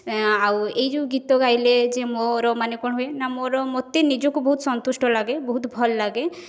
ଆଉ ଏଇ ଯେଉଁ ଗୀତ ଗାଇଲେ ଯେ ମୋର ମାନେ କ'ଣ ହୁଏ ନା ମୋର ମୋତେ ନିଜକୁ ବହୁତ ସନ୍ତୁଷ୍ଟ ଲାଗେ ବହୁତ ଭଲ ଲାଗେ